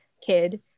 kid